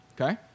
Okay